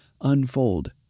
unfold